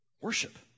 Worship